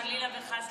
חלילה וחס,